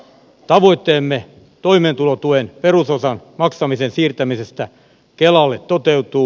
tavoitteemme toimeentulotuen perusosan maksamisen siirtämisestä kelalle toteutuu